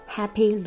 Happy